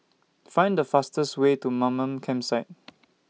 Find The fastest Way to Mamam Campsite